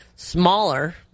Smaller